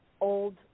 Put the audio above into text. old